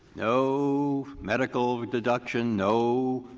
no medical deduction, no